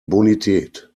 bonität